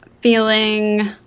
feeling